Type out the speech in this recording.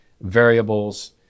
variables